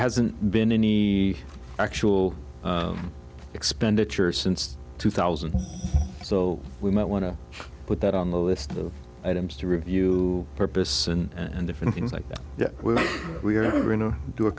hasn't been an we actual expenditure since two thousand so we might want to put that on the list of items to review purpose and different things like we are going to do a